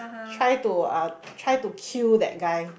try to uh try to kill that guy